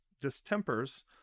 distempers